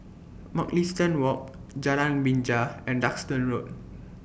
Mugliston Walk Jalan Binja and Duxton Road